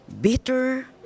Bitter